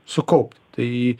sukaupti tai